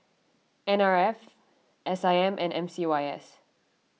N R F S I M and M C Y S